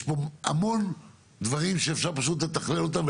יש פה המון דברים שאפשר פשוט לתכלל אותם,